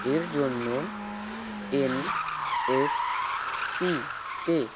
এর জন্য N S P ত